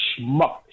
Schmuck